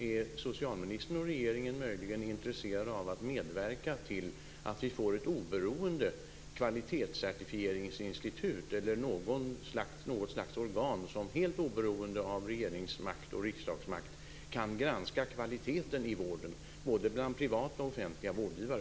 Är socialministern och regeringen möjligen intresserade av att medverka till att vi får ett oberoende kvalitetscertifieringsinstitut eller något slags organ som helt oberoende av regeringsmakt och riksdagsmakt kan granska kvaliteten i vården, både bland privata och bland offentliga vårdgivare?